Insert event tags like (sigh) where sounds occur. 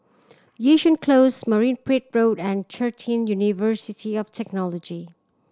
Yishun Close Marine Parade Road and (unintelligible) University of Technology